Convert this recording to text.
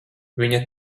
viņa